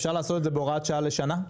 אפשר לעשות את זה בהוראת שעה לשנה?